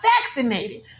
vaccinated